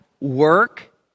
work